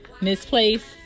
misplaced